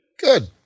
Good